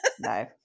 No